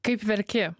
kaip verki